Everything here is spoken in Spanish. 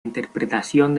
interpretación